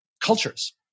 cultures